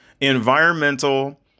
environmental